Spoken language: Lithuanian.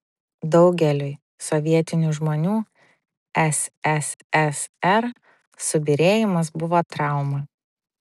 daugeliui sovietinių žmonių sssr subyrėjimas buvo trauma